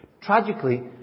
Tragically